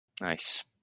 Nice